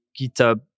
GitHub